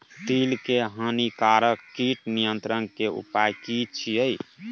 तिल के हानिकारक कीट नियंत्रण के उपाय की छिये?